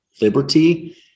liberty